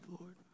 Lord